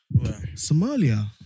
Somalia